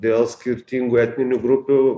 dėl skirtingų etninių grupių